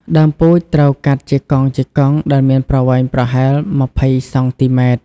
ដើមពូជត្រូវកាត់ជាកង់ៗដែលមានប្រវែងប្រហែល ២០ សង់ទីម៉ែត្រ។